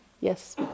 Yes